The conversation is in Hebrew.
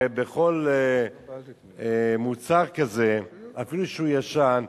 הרי בכל מוצר כזה, אפילו שהוא ישן,